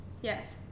Yes